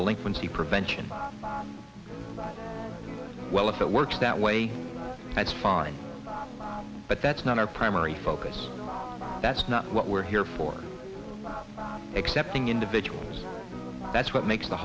delinquency prevention well if it works that way that's fine but that's not our primary focus that's not what we're here for accepting individuals that's what makes the